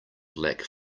lack